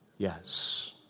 Yes